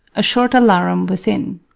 a short alarum within